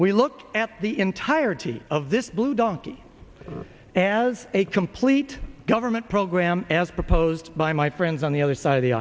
we look at the entirety of this blue donkey and as a complete government program as proposed by my friends on the other side of the